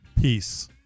peace